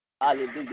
hallelujah